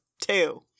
Two